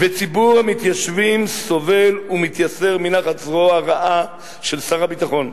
וציבור המתיישבים סובל ומתייסר תחת הזרוע הרעה של שר הביטחון,